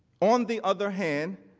on the other hand,